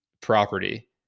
property